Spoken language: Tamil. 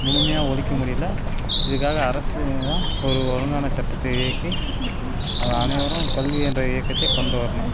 முழுமையாக ஒழிக்க முடியலை இதுக்காக அரசு தான் ஒரு ஒழுங்கான சட்டத்தை இயக்கி அனைவரும் கல்வி என்ற இயக்கத்தை கொண்டு வரணும்